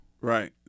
Right